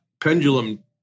pendulum